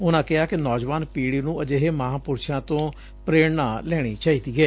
ਉਨਾਂ ਕਿਹਾ ਕਿ ਨੌਜਵਾਨ ਪੀੜੀ ਨੰ ਅਜਿਹੇ ਮਹਾਂਪੁਰਸਾਂ ਤੋਂ ਪੇਰਣਾ ਲੈਣੀ ਚਾਹੀਦੀ ਏ